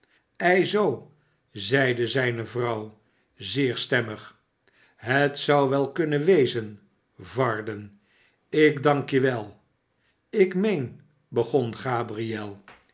ei zoo zeide zijne vrouw zeer stemmig ihet zou wel kunnen wezen varden ik dank je wel ik meen begon gabriel